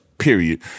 Period